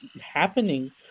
happening